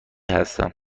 هستم